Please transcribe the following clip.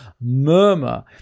murmur